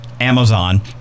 amazon